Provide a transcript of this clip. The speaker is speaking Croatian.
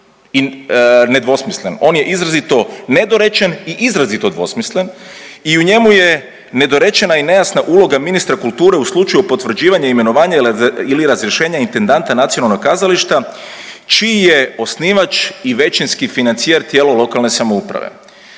i nedvosmislen, on je izrazito nedorečen i izrazito dvosmislen i u njemu je nedorečena i nejasna uloga ministra kulture u slučaju potvrđivanja, imenovanja ili razrješenja intendanta nacionalnog kazališta čiji je osnivač i većinski financijer tijelo lokalne samouprave.